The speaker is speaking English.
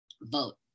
Vote